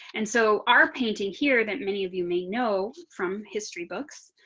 and so our painting here that many of you may know from history books.